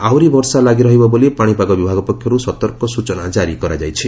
ଆହୁରି ବର୍ଷା ଲାଗିରହିବ ବୋଲି ପାଣିପାଗ ବିଭାଗ ପକ୍ଷରୁ ସତର୍କ ସୂଚନା ଜାରି କରାଯାଇଛି